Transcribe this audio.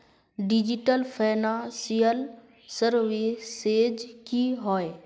Digital financial services की होय?